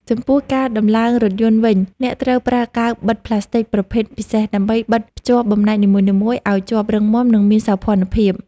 ចំពោះការដំឡើងរថយន្តវិញអ្នកត្រូវប្រើកាវបិទផ្លាស្ទិចប្រភេទពិសេស ដើម្បីបិទភ្ជាប់បំណែកនីមួយៗឱ្យជាប់រឹងមាំ និងមានសោភ័ណភាព។